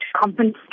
compensate